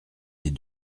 les